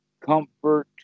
comfort